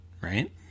Right